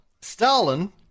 Stalin